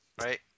Right